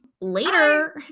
Later